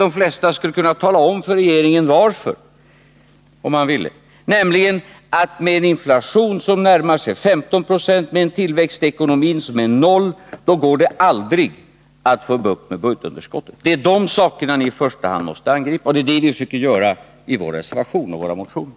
De flesta skulle, om de ville, kunna tala om för regeringen att med en inflation som närmar sig 15 26, med en tillväxt i ekonomin som är noll går det aldrig att få bukt med budgetunderskottet. Det är de sakerna ni i första hand måste angripa. Och det är det vi söker göra i våra motioner och reservationer.